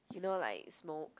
you know like smoke